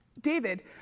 david